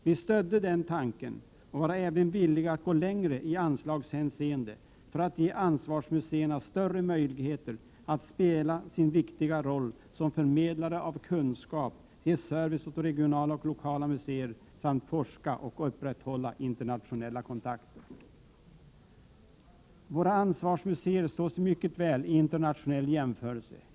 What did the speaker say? Vi stödde den tanken och var även villiga att gå längre i anslagshänseende för att ge ansvarsmuseerna större möjlighet att spela sin viktiga roll som förmedlare av kunskap, ge service åt regionala och lokala museer samt forska och upprätthålla internationella kontakter. Våra ansvarsmuseer står sig mycket väl i internationell jämförelse.